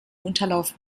unterlauf